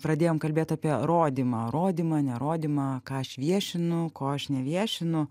pradėjom kalbėt apie rodymą rodymą nerodymą ką aš viešinu ko aš neviešinu